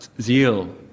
zeal